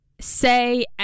say